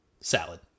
Salad